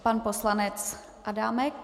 Pan poslanec Adámek.